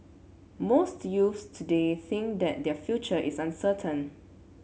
most youths today think that their future is uncertain